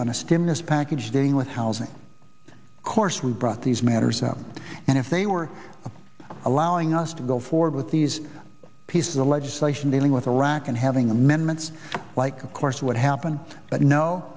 on a stimulus package dealing with housing course we brought these matters up and if they were allowing us to go forward with these pieces of legislation dealing with iraq and having amendments like of course what happened but no